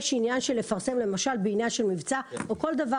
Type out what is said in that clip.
יש עניין של לפרסם למשל בעניין של מבצע או כל דבר